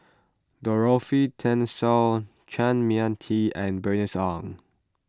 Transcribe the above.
Dorothy Tessensohn Chua Mia Tee and Bernice Ong